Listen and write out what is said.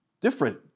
different